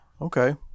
Okay